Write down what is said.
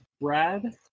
brad